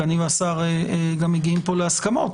כי אני והשר גם מגיעים פה להסכמות.